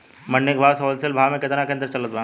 मंडी के भाव से होलसेल भाव मे केतना के अंतर चलत बा?